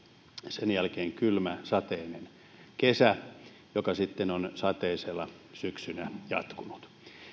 sen jälkeen kylmä sateinen kesä joka sitten on sateisena syksynä jatkunut